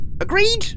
Agreed